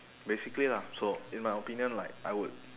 basically lah so in my opinion like I would